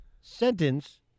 sentence